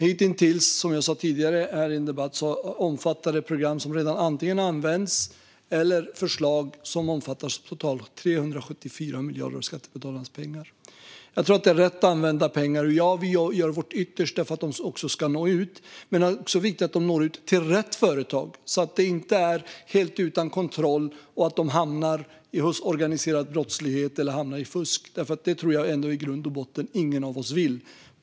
Hittills omfattar de program som antingen redan används eller är på förslag 374 miljarder av skattebetalarnas pengar. Jag tror att det är rätt använda pengar, och, ja, vi gör vårt yttersta för att de också ska nå ut. Det är dock viktigt att pengarna når ut till rätt företag. Det får inte ske helt utan kontroll så att de hamnar hos organiserad brottslighet eller i fusk. Det vill ingen av oss.